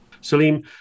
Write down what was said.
Salim